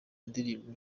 ndirimbo